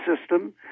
system